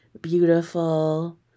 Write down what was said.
beautiful